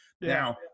Now